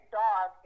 dog